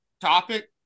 topic